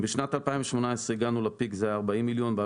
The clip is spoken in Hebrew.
בשנת 2018 הגענו לפיק, זה היה 40 מיליון.